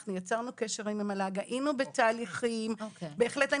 אנחנו יצרנו קשר עם המל"ג, היינו בתהליכים, בהחלט.